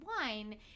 wine